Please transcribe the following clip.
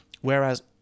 whereas